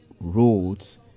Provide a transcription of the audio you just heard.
roads